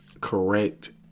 correct